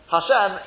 Hashem